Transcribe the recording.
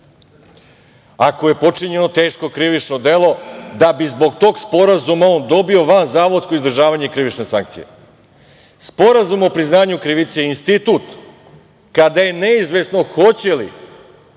ako je počinjeno teško krivično delo da bi zbog tog sporazuma on dobio vanzavodsko izdržavanje krivične sankcije. Sporazum o priznanju krivice je institut kada je neizvesno hoće li